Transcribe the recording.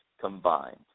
combined